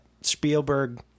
spielberg